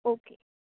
okay